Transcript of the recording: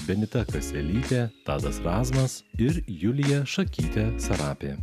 benita kaselytė tadas razmas ir julija šakytė sarapė